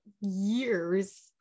years